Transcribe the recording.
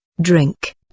drink